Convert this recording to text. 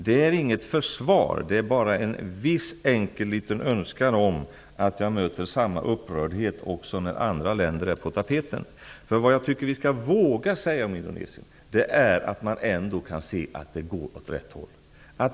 Det här är inget försvar, det är bara en viss enkel önskan om att jag vill möta samma upprördhet också när andra länder är på tapeten. Jag tycker att vi skall våga säga om Indonesien att det ändå går åt rätt håll.